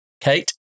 Kate